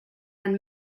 and